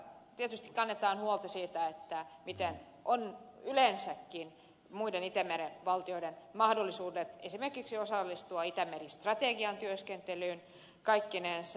tietysti kannetaan huolta siitä mitkä ovat yleensäkin muiden itämeren valtioiden mahdollisuudet esimerkiksi osallistua itämeri strategian työskentelyyn kaikkinensa